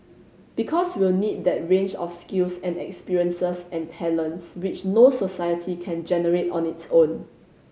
because we'll need that range of skills and experiences and talents which no society can generate on its own